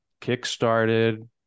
kick-started